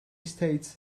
states